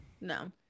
no